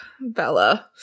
Bella